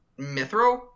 Mithril